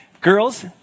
Girls